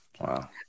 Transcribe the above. Wow